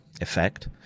effect